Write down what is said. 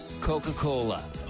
Coca-Cola